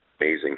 amazing